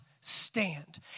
stand